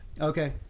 Okay